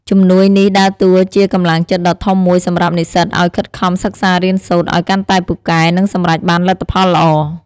ជំនួយនេះដើរតួជាកម្លាំងចិត្តដ៏ធំមួយសម្រាប់និស្សិតឱ្យខិតខំសិក្សារៀនសូត្រឱ្យកាន់តែពូកែ និងសម្រេចបានលទ្ធផលល្អ។